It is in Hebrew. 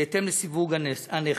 בהתאם לסיווג הנכס.